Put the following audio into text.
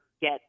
get